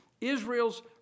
Israel's